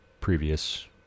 previous